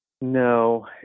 no